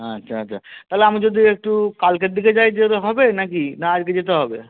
আচ্ছা আচ্ছা তালে আমি যদি একটু কালকের দিকে যাই যেলে হবে নাকি না আজকে যেতে হবে